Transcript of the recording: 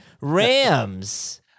Rams